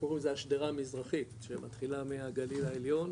אנחנו קוראים לזה השדרה המזרחית שמתחילה מהגליל העליון,